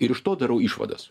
ir iš to darau išvadas